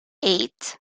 eight